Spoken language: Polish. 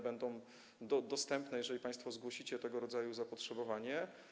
Będą dostępne, jeżeli państwo zgłosicie tego rodzaju zapotrzebowanie.